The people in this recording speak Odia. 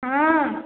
ହଁ